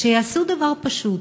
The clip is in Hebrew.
שיעשו דבר פשוט: